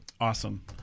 awesome